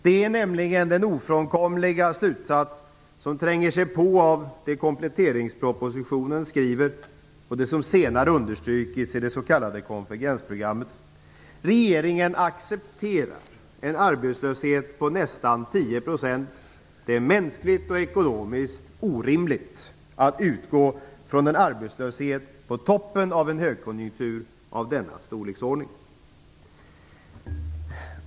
Det är nämligen den ofrånkomliga slutsats som tränger sig på av det som skrivs i kompletteringspropositionen och det som senare understrukits i det s.k. Regeringen accepterar en arbetslöshet på nästan 10 %. Det är mänskligt och ekonomiskt orimligt att utgå från en arbetslöshet av denna storleksordning på toppen av en högkonjunktur.